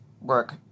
work